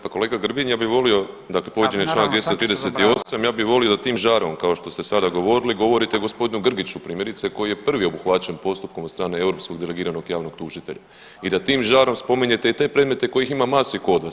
Pa kolega Grbin ja bih voli dakle povrijeđen je čl. 238. ja bih volio da tim žarom kao što ste sada govorili govorite g. Grgiću primjerice koji je prvi obuhvaćen postupkom od strane europskog delegiranog javnog tužitelja i da tim žarom spominjete i te predmete kojih ima masu i kod vas.